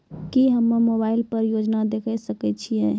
की हम्मे मोबाइल पर योजना देखय सकय छियै?